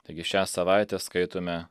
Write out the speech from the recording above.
taigi šią savaitę skaitome